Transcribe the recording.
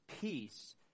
peace